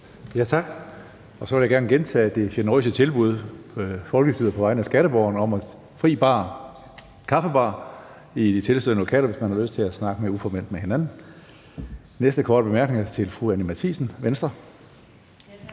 Tak. Så vil jeg gerne gentage det generøse tilbud fra folkestyret på vegne af skatteborgerne om, at der er fri kaffebar i de tilstødende lokaler, hvis man har lyst til at snakke mere uformelt med hinanden. Den næste korte bemærkning er til fru Anni Matthiesen, Venstre.